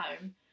home